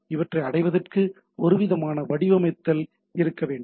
இவற்றை அடைவதற்கு ஒருவிதமான வடிவமைத்தல் இருக்க வேண்டும்